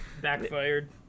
backfired